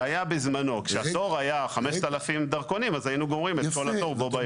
כשהתור היה 5000 דרכונים אז היינו גומרים את כל התור בו ביום.